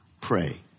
pray